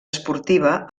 esportiva